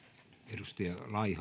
arvoisa